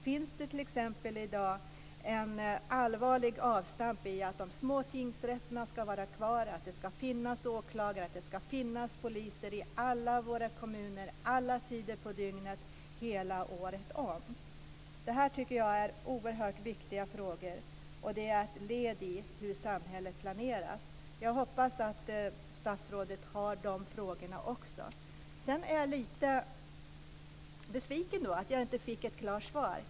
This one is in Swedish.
Finns det i dag t.ex. ett allvarligt avstamp i att de små tingsrätterna ska vara kvar, att det ska finnas åklagare, att det ska finnas poliser i alla våra kommuner alla tider på dygnet hela året om? Detta tycker jag är oerhört viktiga frågor, och de är ett led i hur samhället planeras. Jag hoppas att statsrådet beaktar dessa frågor också. Sedan är jag lite besviken över att jag inte fick ett klart svar.